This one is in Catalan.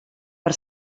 per